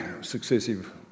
successive